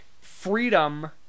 freedom